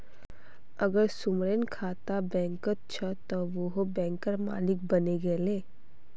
अगर सुमनेर खाता बैंकत छ त वोहों बैंकेर मालिक बने गेले